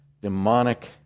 demonic